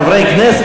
חברי כנסת,